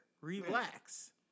Relax